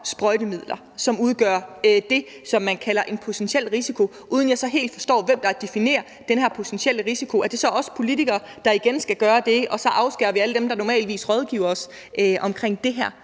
sprøjtemidler, som udgør det, som man kalder en potentiel risiko, uden at jeg så helt forstår, hvem der skal definere den her potentielle risiko. Er det os politikere, der igen skal gøre det, og så afskærer vi alle dem, der normalt rådgiver om det her?